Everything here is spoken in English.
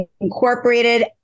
incorporated